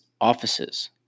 offices